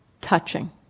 touching